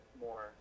more